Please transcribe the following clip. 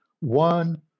One